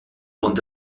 und